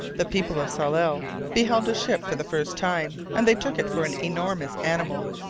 the people of tsalal beheld a ship for the first time, and they took it for an enormous animal,